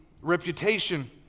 reputation